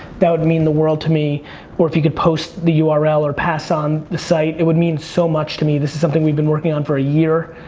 that would mean the world to me or if you could post the ah url or pass on the site, it would mean so much to me, this is something we've been working on for a year.